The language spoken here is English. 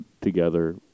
together